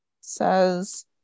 says